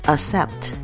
Accept